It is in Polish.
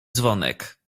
dzwonek